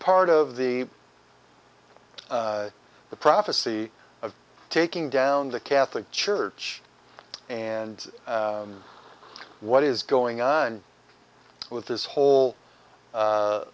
part of the the prophecy of taking down the catholic church and what is going on with this whole